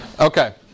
Okay